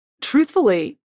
truthfully